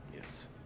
Yes